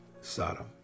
Sodom